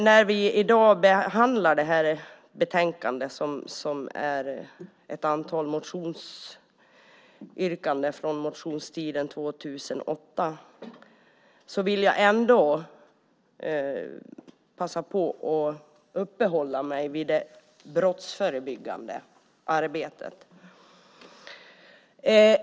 När vi i dag behandlar det här betänkandet som innehåller ett antal motionsyrkanden från motionstiden 2008 vill jag uppehålla mig vid det brottsförebyggande arbetet.